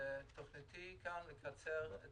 התוכנית שלי היא לקצר את